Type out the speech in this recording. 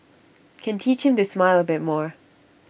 can teach him to smile A bit more